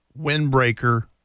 windbreaker